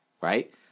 right